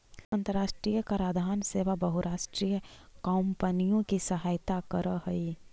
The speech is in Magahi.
अन्तराष्ट्रिय कराधान सेवा बहुराष्ट्रीय कॉम्पनियों की सहायता करअ हई